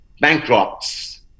Bankrupts